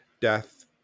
death